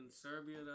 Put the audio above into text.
Serbia